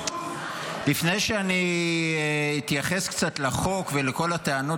לפני שאני אתייחס קצת לחוק ולכל הטענות